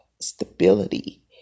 stability